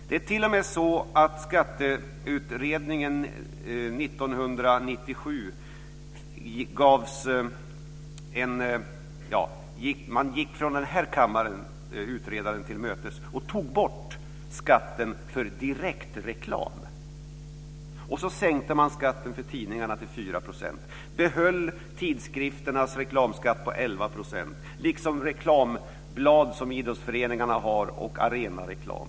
Det är t.o.m. så att man från den här kammaren, när det gäller Skatteutredningen 1997, gick utredaren till mötes och tog bort skatten för direktreklam, och så sänkte man skatten för tidningarna till 4 % och behöll tidskrifternas reklamskatt på 11 %, liksom när det gäller reklamblad som idrottsföreningarna har och arenareklam.